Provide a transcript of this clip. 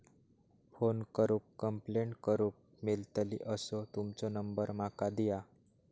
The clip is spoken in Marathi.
फोन करून कंप्लेंट करूक मेलतली असो तुमचो नंबर माका दिया?